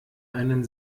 einen